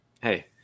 Hey